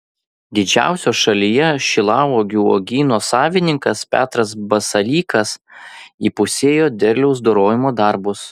didžiausio šalyje šilauogių uogyno savininkas petras basalykas įpusėjo derliaus dorojimo darbus